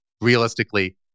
realistically